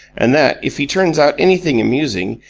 and that, if he turns out anything amusing,